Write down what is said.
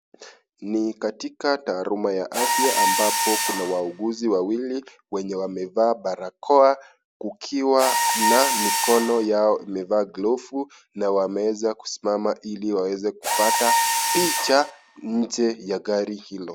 Ni katika taaluma ya afya ambapo kuna wauguzi wawili, wenye wamevaa barakoa kukiwa na mikono yao imevaa glovu, na wameweza kusimama ili waweza kupata picha nje ya gari hilo.